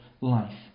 life